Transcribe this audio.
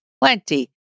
plenty